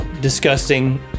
disgusting